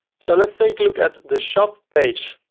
so let's take, look at the shop page.